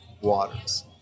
waters